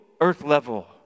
earth-level